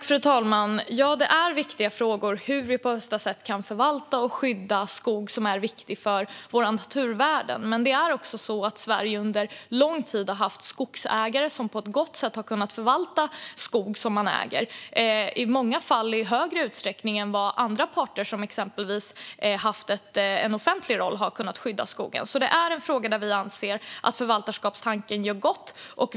Fru talman! Det är en viktig fråga hur vi på bästa sätt kan förvalta och skydda skog som är viktig för våra naturvärden. Men det är också så att Sverige under lång tid har haft skogsägare som på ett gott sätt har förvaltat skog som de äger. I många fall har de kunnat skydda skog i större utsträckning än andra parter som exempelvis haft en offentlig roll. Detta är en fråga där vi anser att förvaltarskapstanken gör gott.